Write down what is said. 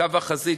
קו החזית,